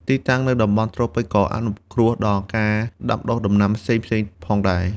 ទីតាំងនៅតំបន់ត្រូពិចក៏អនុគ្រោះដល់ការដាំដុះដំណាំផ្សេងៗផងដែរ។